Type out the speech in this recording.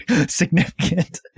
significant